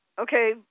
Okay